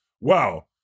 wow